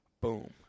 Boom